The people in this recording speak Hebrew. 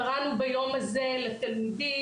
קראנו ביום הזה לתלמידים,